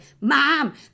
Mom